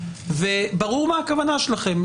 וברור מה הכוונה שלכם.